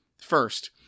first